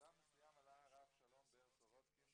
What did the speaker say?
בשלב מסוים עלה הרב שלום בער סורצקין,